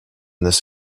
this